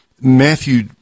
Matthew